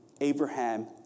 Abraham